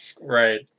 Right